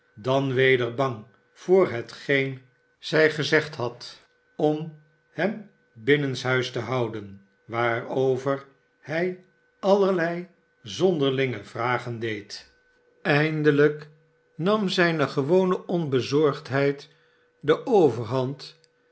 dan weder bang voor hetgeen zij gezegd had om hem binnenshuis te houden waarover hij allerlei zonderlinge vragen deed eindelijk nam zijne sewone onbezorgdheid de overhand